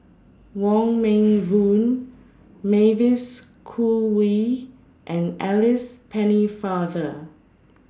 Wong Meng Voon Mavis Khoo Oei and Alice Pennefather